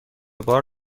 بار